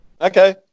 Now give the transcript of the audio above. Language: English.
Okay